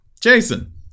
Jason